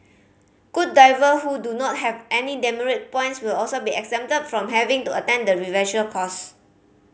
good diver who do not have any demerit points will also be exempted from having to attend the refresher course